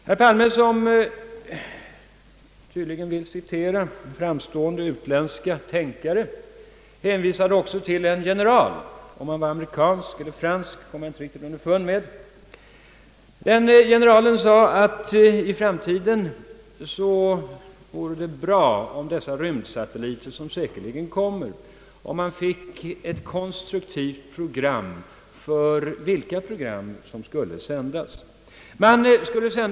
Herr Palme, som tydligen vill citera framstående utländska tänkare, hänvisade också till en »general» — om han var amerikansk eller fransk kom jag inte riktigt underfund med. Denna »general» hade sagt, att det vore bra om man i framtiden, när rymdsatelliterna kommer, fick ett konstruktivt program för vad som skulle sändas från den satelliten.